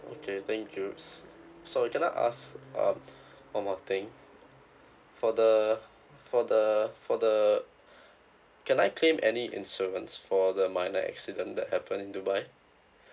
okay thank you s~ so can I ask um one more thing for the for the for the can I claim any insurance for the minor accident that happened in dubai